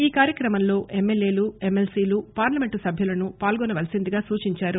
ఆ కార్యక్రమంలో ఎమ్మెల్యేలు ఎమ్మెల్సీలు పార్లమెంటు సభ్యులను పాల్గొనవలసిందిగా సూచించారు